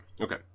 Okay